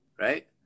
right